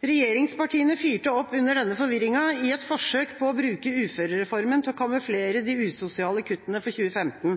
Regjeringspartiene fyrte opp under denne forvirringa i et forsøk på å bruke uførereformen til å kamuflere de